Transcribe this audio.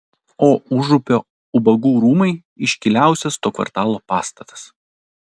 o užupio ubagų rūmai iškiliausias to kvartalo pastatas